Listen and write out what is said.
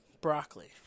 broccoli